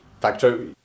factor